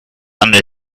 under